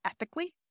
ethically